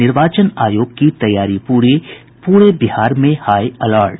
निर्वाचन आयोग की तैयारी पूरी पूरे बिहार में हाई अलर्ट